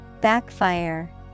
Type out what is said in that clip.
Backfire